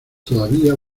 todavía